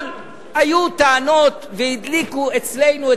אבל היו טענות והדליקו אצלנו,